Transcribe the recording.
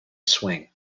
swing